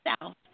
south